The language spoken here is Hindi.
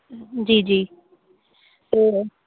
जी जी तो